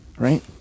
Right